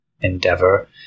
endeavor